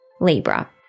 Libra